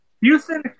Houston